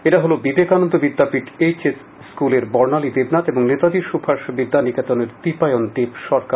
এরা হল Vivekananda Vidyapith H S স্কুলের বর্ণালী দেবনাথ ও নেতাজি সুভাষ বিদ্যানিকেতনের দীপায়ন দেব সরকার